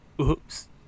oops